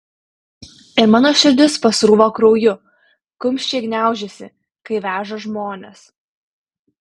ir mano širdis pasrūva krauju kumščiai gniaužiasi kai veža žmones